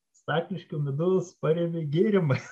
stakliškių midus parėmė gėrimais